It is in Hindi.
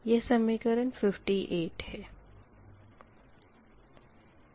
यह समीकरण 58 है